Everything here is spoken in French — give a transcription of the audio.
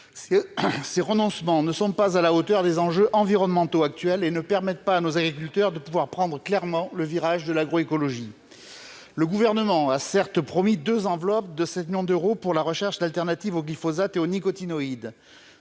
Ces renoncements ne sont pas à la hauteur des enjeux environnementaux actuels et ne permettent pas à nos agriculteurs de prendre clairement le virage de l'agroécologie. Le Gouvernement a certes promis deux enveloppes de 7 millions d'euros pour la recherche d'alternatives au glyphosate et aux néonicotinoïdes,